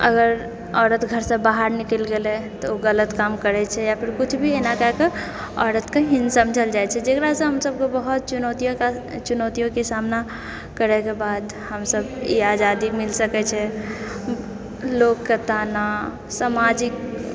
अगर औरत घरसँ बाहर निकलि गेलै तऽ ओ गलत काम करै छै या किछु भी एना कए कऽ औरत कऽ हीन समझल जाइ छै जेकरासँ हमसभक बहुत चुनौतियो कऽ चुनौतियोके सामना करैके बाद हमसभ ई आजादी मिल सकै छै लोक कऽ ताना समाजिक